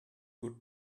good